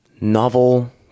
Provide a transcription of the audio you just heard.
novel